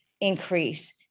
increase